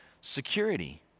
security